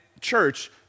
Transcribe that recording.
church